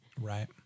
Right